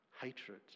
hatred